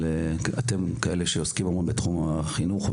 אבל אתם אנשים שעוסקים המון בתחומי החינוך,